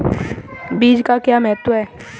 बीज का महत्व क्या है?